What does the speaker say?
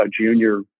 junior